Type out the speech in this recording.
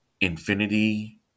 Infinity